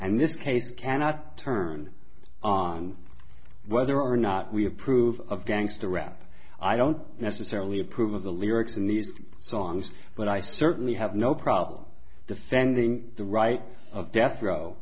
and this case cannot turn on whether or not we approve of gangster rap i don't necessarily approve of the lyrics in these songs but i certainly have no problem defending the right of death row